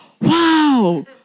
wow